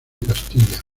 castilla